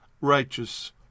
righteous